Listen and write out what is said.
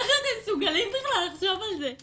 איך אם מסוגלים בכלל לחשוב על זה?